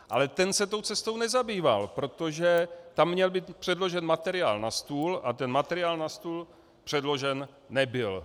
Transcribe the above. Ale ten se tou cestou nezabýval, protože tam měl být předložen materiál na stůl a ten materiál na stůl předložen nebyl.